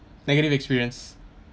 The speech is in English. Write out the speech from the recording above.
negative experience